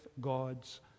God's